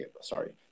Sorry